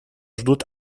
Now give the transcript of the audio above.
ждут